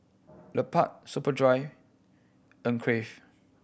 Lupark Superdry and Crave